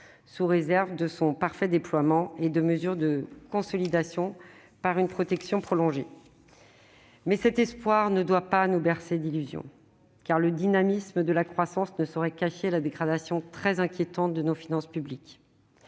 sous réserve de son parfait déploiement et de mesures de consolidation pour une protection prolongée. Mais cet espoir ne doit pas nous bercer d'illusions, car le dynamisme de la croissance ne saurait cacher la dégradation très inquiétante de nos finances publiques